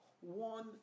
one